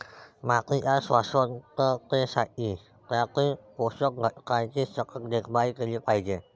मातीच्या शाश्वततेसाठी त्यातील पोषक घटकांची सतत देखभाल केली पाहिजे